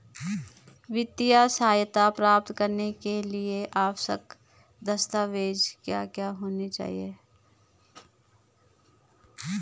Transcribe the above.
वित्तीय सहायता प्राप्त करने के लिए आवश्यक दस्तावेज क्या क्या होनी चाहिए?